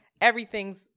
everything's